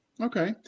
Okay